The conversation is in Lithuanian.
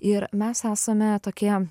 ir mes esame tokie